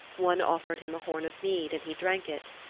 one offered him a horn of mead and he drank it.